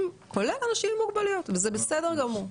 כולל אנשים עם מוגבלויות וזה בסדר גמור.